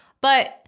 But-